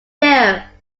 there